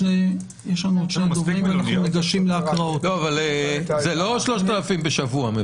אבל זה לא 3,000 בשבוע.